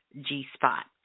G-Spot